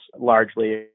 largely